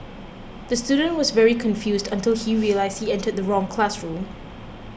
the student was very confused until he realised he entered the wrong classroom